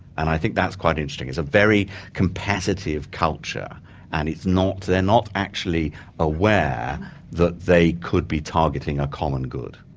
and i think that's quite interesting. it's a very competitive culture and it's not, they're not actually aware that they could be targeting a common good.